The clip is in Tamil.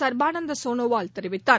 சர்பானந்தா சோனாவால் தெரிவித்தார்